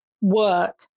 work